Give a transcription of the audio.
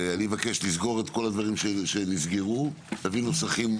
כל הדברים שנסגרו, להביא נוסחים